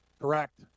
Correct